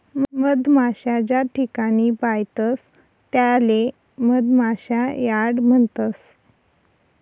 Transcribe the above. मधमाशा ज्याठिकाणे पायतस त्याले मधमाशा यार्ड म्हणतस